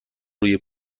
روی